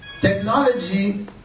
technology